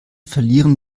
verlieren